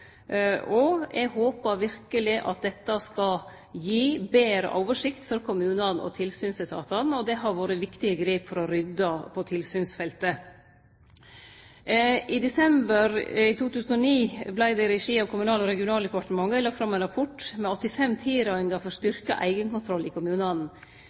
samordningsrolle. Eg håpar verkeleg at dette skal gi ei betre oversikt for kommunane og tilsynsetatane, og det har vore viktige grep for å rydde på tilsynsfeltet. I desember 2009 vart det i regi av Kommunal- og regionaldepartementet lagt fram ein rapport med 85 tilrådingar for styrkt eigenkontroll i kommunane.